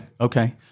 Okay